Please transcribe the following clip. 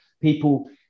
People